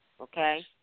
Okay